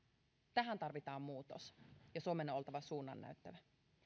tähän tarvitaan muutos ja suomen on oltava suunnannäyttäjä